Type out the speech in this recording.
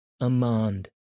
Amand